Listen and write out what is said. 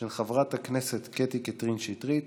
של חברת הכנסת קטי קטרין שטרית: